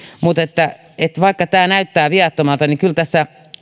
mutta vaikka tämä näyttää viattomalta niin kyllä tässä